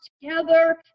together